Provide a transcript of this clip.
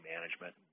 management